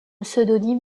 pseudonyme